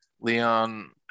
Leon